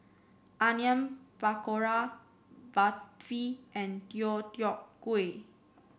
Onion Pakora Barfi and Deodeok Gui